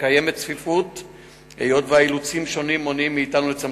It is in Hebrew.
כמעט בכל שנה מתפרסמים דוחות של ארגוני זכויות אדם על התנאים